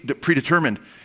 predetermined